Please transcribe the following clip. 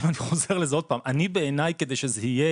כדי שיהיה